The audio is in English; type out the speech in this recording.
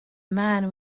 man